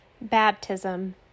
Baptism